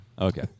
Okay